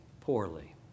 poorly